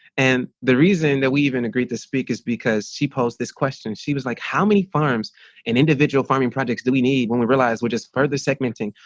and the reason that we even agreed to speak is because she posed this question. she was like, how many farms and individual farming projects do we need when we realize we're just further segmenting?